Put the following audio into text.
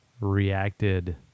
reacted